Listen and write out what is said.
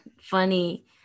funny